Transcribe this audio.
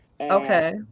okay